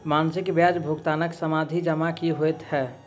मासिक ब्याज भुगतान सावधि जमा की होइ है?